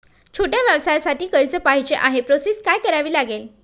छोट्या व्यवसायासाठी कर्ज पाहिजे आहे प्रोसेस काय करावी लागेल?